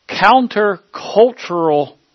counter-cultural